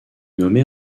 nommé